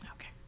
Okay